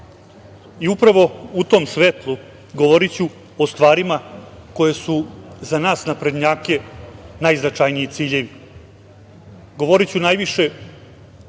Upravo u tom svetlu govoriću o stvarima koje su za nas naprednjake najznačajniji ciljevi. Govoriću najviše o